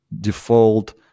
default